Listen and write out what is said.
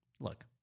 look